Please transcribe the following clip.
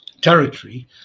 territory